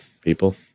people